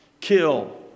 kill